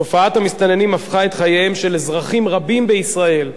תופעת המסתננים הפכה את חייהם של אזרחים רבים בישראל,